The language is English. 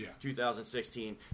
2016